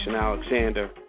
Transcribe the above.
Alexander